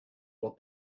what